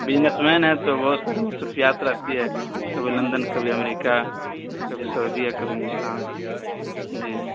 business man ہیں تو بہت ساری مصروفیات رہتی ہے کبھی لندن کبھی امریکہ کبھی سعودی کبھی ہندوستان جی